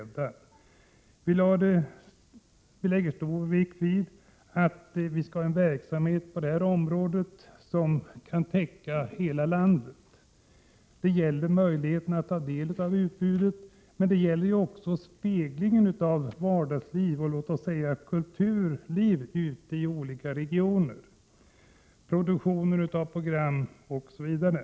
Vi lägger stor vikt vid att vi skall ha en verksamhet på detta område som kan täcka hela landet. Det gäller möjligheterna att ta del av utbudet, men det gäller också speglingen av vardagslivet och låt oss säga kulturlivet ute i olika regioner, produktion av program osv.